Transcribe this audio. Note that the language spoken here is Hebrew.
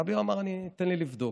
ואביר אמר: תן לי לבדוק.